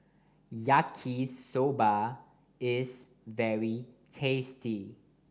Yaki Soba is very tasty